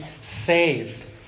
saved